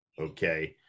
okay